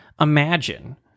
imagine